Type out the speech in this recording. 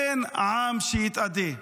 אין עם שיתאדה.